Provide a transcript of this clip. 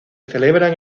celebran